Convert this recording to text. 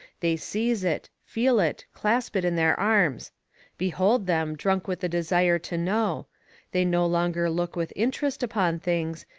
they seize it, feel it, clasp it in their arms behold them, drunk with the desire to know they no longer look with interest upon things,